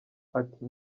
ati